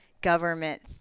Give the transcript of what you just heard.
government